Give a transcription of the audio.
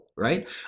Right